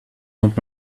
not